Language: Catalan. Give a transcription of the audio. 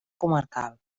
comarcal